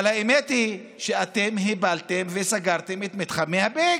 אבל האמת היא שאתם הפלתם וסגרתם את מתחמי ביג.